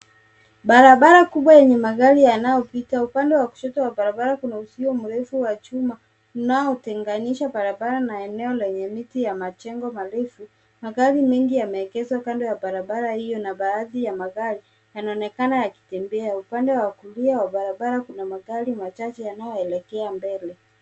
Barabara kubwa yenye magari yanayopita, upande wa kushoto wa barabara, kuna uzio mrefu wa chuma unaotenganisha barabara na eneo lenye miti ya majengo marefu, magari mengi yameegeshwa kando ya barabara hiyo na baadhi ya magari yanaonekana yakitembea. Upande wa kulia wa barabara kuna magari machache yanayoelekea mbele.